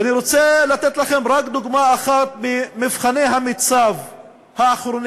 ואני רוצה לתת לכם רק דוגמה אחת ממבחני המיצ"ב האחרונים.